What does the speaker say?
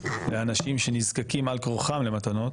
הדיון הוא המשך דיון על חוק שירות המדינה (מתנות).